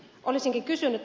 olisinkin kysynyt